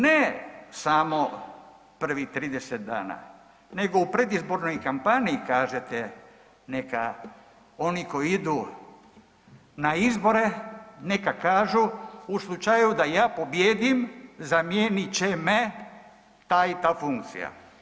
Ne samo prvih 30 dana nego u predizbornoj kampaniji kažete neka oni koji idu na izbore neka kažu u slučaju da ja pobijedim zamijenit će me ta i ta funkcija.